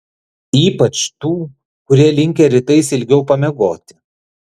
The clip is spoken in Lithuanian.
ypač tų kurie linkę rytais ilgiau pamiegoti